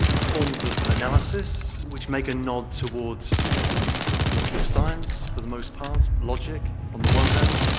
forms of analysis, which make a nod towards philosophy of science for the most part, logic on the one hand,